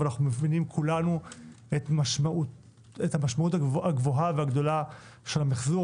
ואנחנו מבינים כולנו את המשמעות הגדולה של המיחזור.